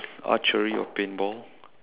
archery or paintball